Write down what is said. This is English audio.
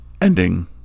Ending